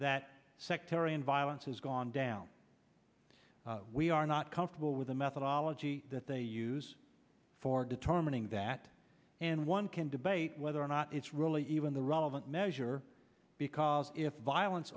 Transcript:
that sectarian violence has gone down we are not comfortable with the methodology that they use for determining that and one can debate whether or not it's really even the relevant measure because if violence